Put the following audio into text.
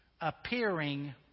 appearing